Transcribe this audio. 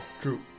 true